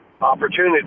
opportunity